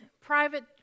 private